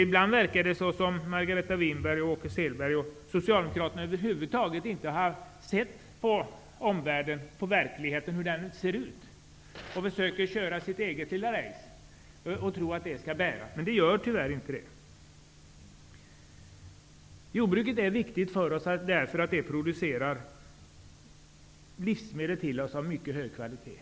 Ibland verkar det som om Margareta Winberg, Åke Selberg och Socialdemokraterna över huvud taget inte har sett hur verkligheten i omvärlden ser ut och försöker gå fram sin egen lilla väg, men det bär sig tyvärr inte. Jordbruket är viktigt för oss därför att det ger oss livsmedel till mycket hög kvalitet.